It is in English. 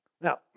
Now